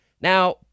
now